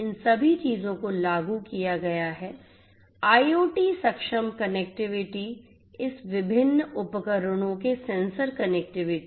इन सभी चीजों को लागू किया गया है IoT सक्षम कनेक्टिविटी इस विभिन्न उपकरणों के सेंसर कनेक्टिविटी